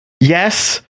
Yes